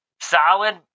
Solid